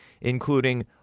including